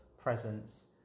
presence